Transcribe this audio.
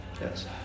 Yes